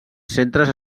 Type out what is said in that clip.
centres